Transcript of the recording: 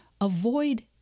avoid